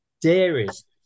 dairies